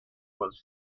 was